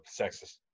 sexist